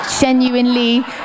genuinely